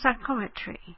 psychometry